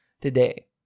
today